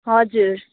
हजुर